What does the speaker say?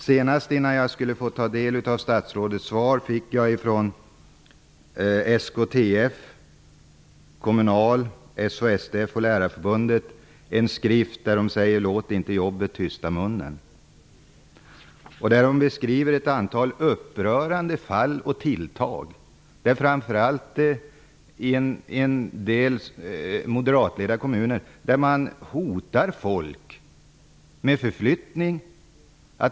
Strax innan jag nu skulle ta del av statsrådets svar fick jag en skrift från SKTF, Kommunal, SHSTF och Lärarförbundet där de säger: ''Låt inte jobbet tysta munnen.'' I skriften beskrivs ett antal upprörande fall och tilltag i framför allt en del moderatledda kommuner där man hotar folk med förflyttning.